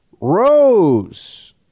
Rose